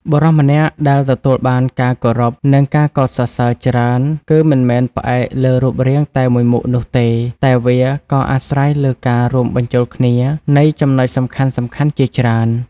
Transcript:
បុរសម្នាក់ដែលទទួលបានការគោរព និងការកោតសរសើរច្រើន គឺមិនមែនផ្អែកលើរូបរាងតែមួយមុខនោះទេ តែវាក៏អាស្រ័យលើការរួមបញ្ចូលគ្នានៃចំណុចសំខាន់ៗជាច្រើន។